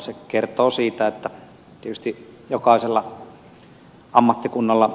se kertoo siitä että tietysti jokaisessa ammattikunnassa